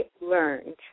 learned